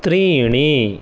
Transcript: त्रीणि